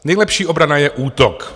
Nejlepší obrana je útok.